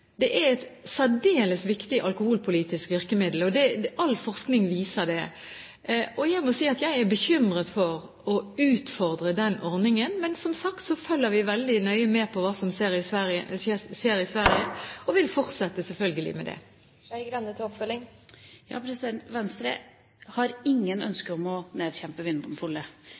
et særdeles viktig alkoholpolitisk virkemiddel, og all forskning viser det. Jeg må si at jeg er bekymret for at man skal utfordre den ordningen. Men som sagt følger vi veldig nøye med på hva som skjer i Sverige, og vi vil selvfølgelig fortsette med det. Venstre har ingen ønsker om å nedkjempe